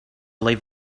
leave